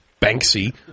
banksy